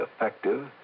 effective